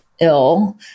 ill